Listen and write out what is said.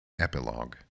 Epilogue